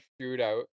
shootout